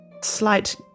slight